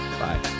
Bye